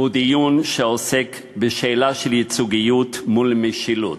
דיון שעוסק בשאלה של ייצוגיות מול משילות.